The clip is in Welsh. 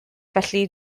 felly